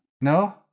no